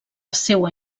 seua